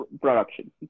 production